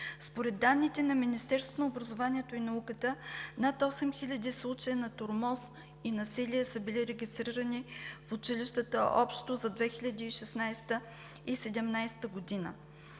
Според данните на Министерството на образованието и науката над 8 хиляди случая на тормоз и насилие са били регистрирани в училищата общо за 2016 г. и 2017 г.